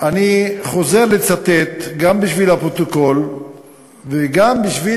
אני חוזר לצטט, גם בשביל הפרוטוקול וגם בשביל